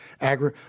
agri